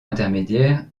intermédiaire